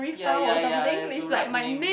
ya ya ya you have to write name